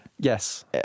Yes